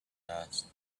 asked